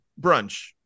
brunch